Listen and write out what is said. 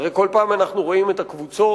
הרי כל פעם אנחנו רואים את הקבוצות